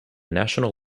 national